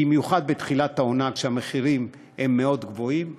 במיוחד בתחילת העונה כשהמחירים גבוהים מאוד,